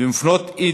ומפנות את